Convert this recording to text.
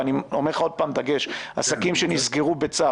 ואני אומר לך עוד פעם, דגש, עסקים שנסגרו בצו.